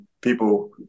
people